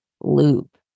loop